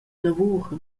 lavur